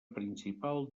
principal